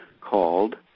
called